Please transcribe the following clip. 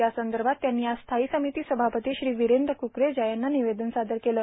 त्यासंदभात त्यांनी आज स्थायी र्सामती सभापती श्री वीरद्व क्करेजा यांना निवेदन सादर केले